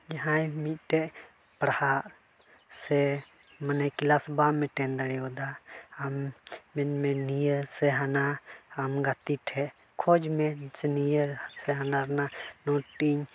ᱡᱟᱦᱟᱸᱭ ᱢᱤᱫᱴᱮᱱ ᱯᱟᱲᱦᱟᱜ ᱥᱮ ᱢᱟᱱᱮ ᱠᱞᱟᱥ ᱵᱟᱢ ᱮᱴᱮᱱᱰ ᱫᱟᱲᱮᱭᱟᱫᱟ ᱟᱢ ᱢᱮᱱᱢᱮ ᱱᱤᱭᱟᱹ ᱥᱮ ᱦᱟᱱᱟ ᱟᱢ ᱜᱟᱛᱮ ᱴᱷᱮᱱ ᱠᱷᱚᱡᱽ ᱢᱮ ᱥᱮ ᱱᱤᱭᱟᱹ ᱥᱮ ᱦᱟᱱᱟ ᱨᱮᱱᱟᱜ ᱱᱳᱴᱤᱧ